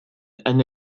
and